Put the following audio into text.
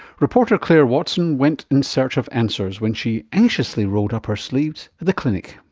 reporter clare watson went in search of answers when she anxiously rolled up her sleeves at the clinic.